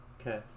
Okay